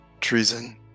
Treason